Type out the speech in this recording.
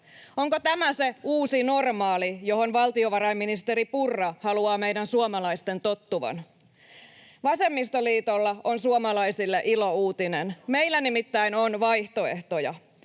Onko tämä se ”uusi normaali”, johon valtiovarainministeri Purra haluaa meidän suomalaisten tottuvan? Vasemmistolla on suomalaisille ilouutinen: meillä nimittäin on vaihtoehtoja.